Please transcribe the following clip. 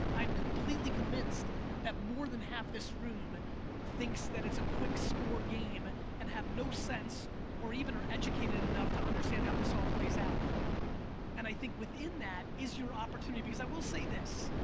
i'm completely convinced that more than half this room thinks that it's a quick score game and have no sense or even are educated enough to understand how this all plays out and i think within that is your opportunity because i will say this.